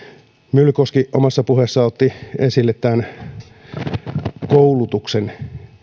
myllykoski omassa puheessaan otti esille koulutuksen